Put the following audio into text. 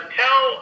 tell